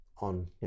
On